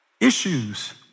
Issues